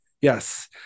Yes